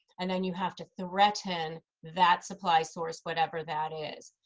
and then you have to threaten that supply source, whatever that is.